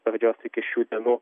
pradžios iki šių dienų